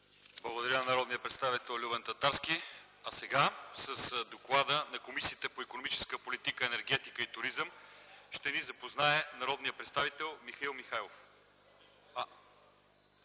Благодаря на народния представител Любен Татарски. С доклада на Комисията по икономическата политика, енергетика и туризъм ще ни запознае народният представител Валентин Николов.